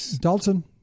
Dalton